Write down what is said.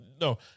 no